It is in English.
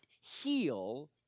heal